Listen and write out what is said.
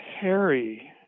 Harry